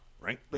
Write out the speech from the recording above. right